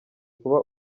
kuba